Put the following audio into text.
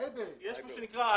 לא